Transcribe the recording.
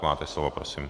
Máte slovo, prosím.